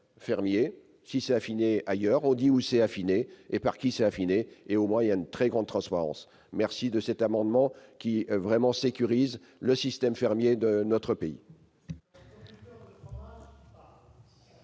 est affiné ailleurs, on précise où et par qui. Au moins, il y a une très grande transparence. Merci de cet amendement, qui vraiment sécurise le système fermier de notre pays